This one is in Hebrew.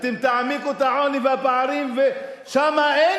אתם תעמיקו את העוני והפערים, ושם אין